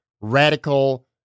radical